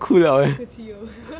不客气 oh